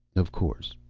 of course.